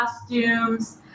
costumes